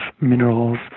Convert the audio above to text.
minerals